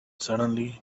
suddenly